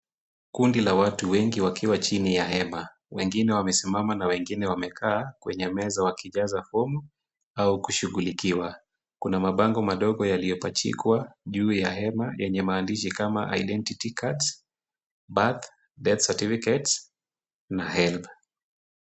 Kundi la watu wengi wakiwa chini ya hema, wengine wamesimama na wengine wamekaa kwenye meza wakijaza fomu au kushughulikiwa. Kuna mabango madogo yakliyopachikwa juu ya hema yenye maandishi kama identity cards, birth, death certificates na HELB.